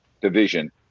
division